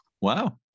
Wow